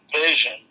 vision